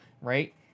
right